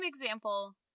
example